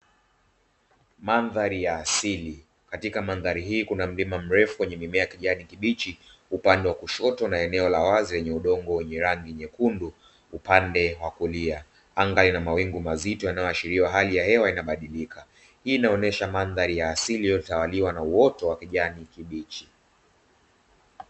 Mandhari ya asili, katika mandhari hii kuna mlima mrefu wenye mimea ya kijani kibichi upande wa kushoto na eneo la wazi lenye udongo wenye rangi nyekundu upande wa kulia, anga ina mawingu mazito yanayoashiria hali ya hewa inabadilika, hii inaonesha mandhari ya asili ilotawaliwa na uoto wa kijani kibichi.